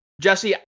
Jesse